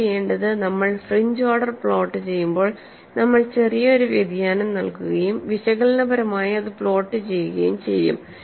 നിങ്ങൾ ചെയ്യേണ്ടത് നമ്മൾ ഫ്രിഞ്ച് ഓർഡർ പ്ലോട്ട് ചെയ്യുമ്പോൾ നമ്മൾ ഒരു ചെറിയ വ്യതിയാനം നൽകുകയും വിശകലനപരമായി അത് പ്ലോട്ട് ചെയ്യുകയും ചെയ്യും